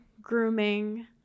grooming